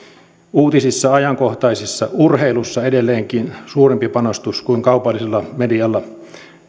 uutisissa ajankohtaisissa urheilussa on edelleenkin suurempi panostus kuin kaupallisella medialla